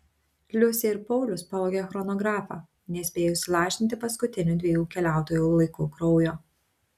liusė ir paulius pavogė chronografą nespėjus įlašinti paskutinių dviejų keliautojų laiku kraujo